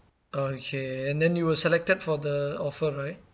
okay and then you were selected for the offer right